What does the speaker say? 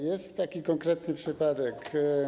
Jest taki konkretny przypadek.